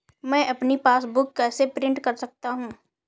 मैं अपनी पासबुक कैसे प्रिंट कर सकता हूँ?